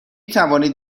توانید